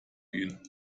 gehen